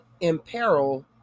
imperil